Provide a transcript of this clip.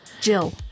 Jill